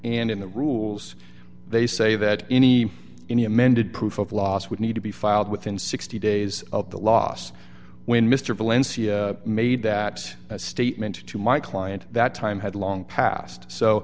and in the rules they say that any any amended proof of loss would need to be filed within sixty days of the loss when mr valencia made that statement to my client that time had long pas